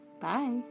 Bye